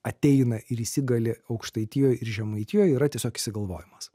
ateina ir įsigali aukštaitijoj ir žemaitijoj yra tiesiog išsigalvojimas